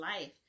life